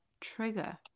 trigger